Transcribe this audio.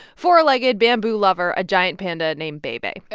four-legged bamboo-lover, a giant panda named bei bei ayy,